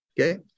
okay